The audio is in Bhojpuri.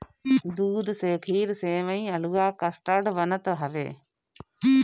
दूध से खीर, सेवई, हलुआ, कस्टर्ड बनत हवे